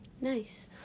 Nice